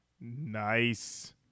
Nice